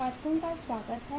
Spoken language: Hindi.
छात्रों का स्वागत हैं